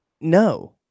no